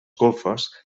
golfes